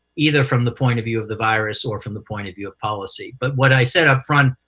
either from the point of view of the virus or from the point of view of policy. but what i said up front,